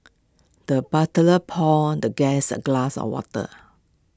the butler poured the guest A glass of water